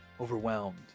overwhelmed